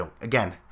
Again—